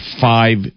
five